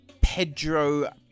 Pedro